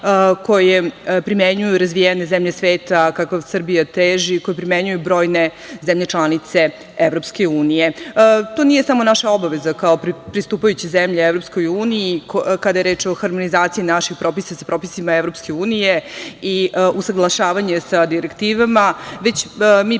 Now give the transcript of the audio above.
koje primenjuju razvijene zemlje sveta kako Srbija teži, koji primenjuju brojne zemlje članice EU.To nije smo naša obaveza kao pristupajuće zemlje EU, kada je reč o harmonizaciji naših propisa, sa propisima EU i usaglašavanje sa direktivama, već mi, pre svega,